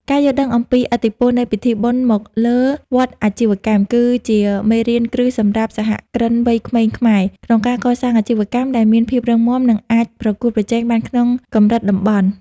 ការយល់ដឹងអំពីឥទ្ធិពលនៃពិធីបុណ្យមកលើវដ្តអាជីវកម្ម គឺជាមេរៀនគ្រឹះសម្រាប់សហគ្រិនវ័យក្មេងខ្មែរ ក្នុងការកសាងអាជីវកម្មដែលមានភាពរឹងមាំ និងអាចប្រកួតប្រជែងបានក្នុងកម្រិតតំបន់។